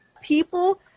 People